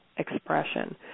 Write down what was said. Expression